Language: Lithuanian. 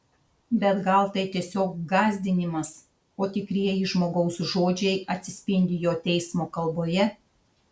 bet gal tai tiesiog gąsdinimas o tikrieji žmogaus žodžiai atsispindi jo teismo kalboje